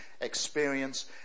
experience